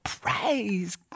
Praise